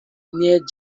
near